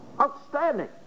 Outstanding